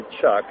Chuck